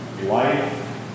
life